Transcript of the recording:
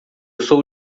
sou